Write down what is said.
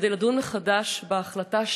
כדי לדון מחדש בהחלטה,